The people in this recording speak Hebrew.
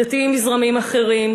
דתיים מזרמים אחרים,